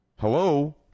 Hello